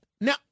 Now